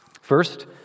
First